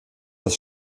das